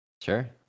Sure